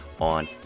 on